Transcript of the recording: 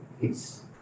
peace